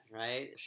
right